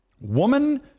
Woman